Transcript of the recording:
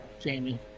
Jamie